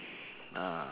ah